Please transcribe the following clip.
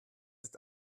ist